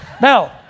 Now